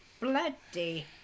Bloody